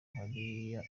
hariya